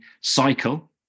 Cycle